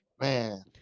Man